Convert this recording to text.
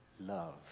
Love